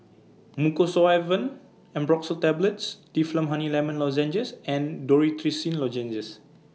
Mucosolvan Ambroxol Tablets Difflam Honey Lemon Lozenges and Dorithricin Lozenges